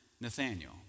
Nathaniel